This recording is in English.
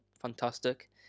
fantastic